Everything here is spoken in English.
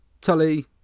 Tully